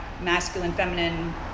masculine-feminine